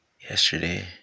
yesterday